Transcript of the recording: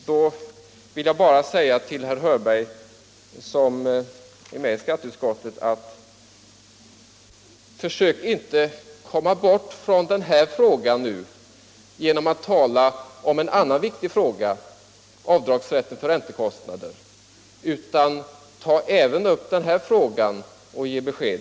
Då vill jag bara säga till herr Hörberg, som är med i skatteutskottet: Försök inte komma bort från det här problemet genom att tala om en annan viktig fråga, avdragsrätten för räntekostnader, utan ta även upp den här frågan och ge besked!